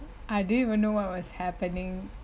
I didn't even know what was happening